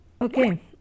okay